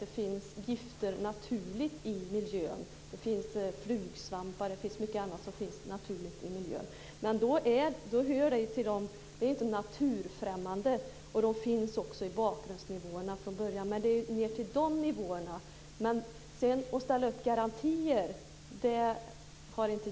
Det finns naturligt i miljön flugsvampar och mycket annat som är farligt, men det är inte naturfrämmande och finns också med i bakgrundsnivåerna från början. Det gäller att komma ned till de nivåerna.